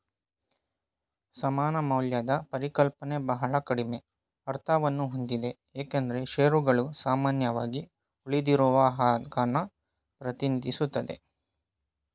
ಸಮಾನ ಮೌಲ್ಯದ ಪರಿಕಲ್ಪನೆ ಬಹಳ ಕಡಿಮೆ ಅರ್ಥವನ್ನಹೊಂದಿದೆ ಏಕೆಂದ್ರೆ ಶೇರುಗಳು ಸಾಮಾನ್ಯವಾಗಿ ಉಳಿದಿರುವಹಕನ್ನ ಪ್ರತಿನಿಧಿಸುತ್ತೆ